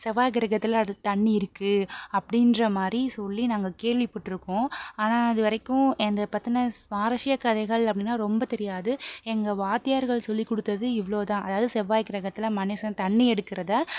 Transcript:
செவ்வாய் கிரகத்தில் தண்ணீர் இருக்குது அப்படின்ற மாதிரி சொல்லி நாங்கள் கேள்விப்பட்டிருக்கோம் ஆனால் இது வரைக்கும் எந்த பற்றின சுவாரசிய கதைகள் அப்படினா ரொம்ப தெரியாது எங்கள் வாத்தியார்கள் சொல்லி கொடுத்தது இவ்வளோதான் அதாவது செவ்வாய் கிரகத்தில் மனுசன் தண்ணீர் எடுக்கிறத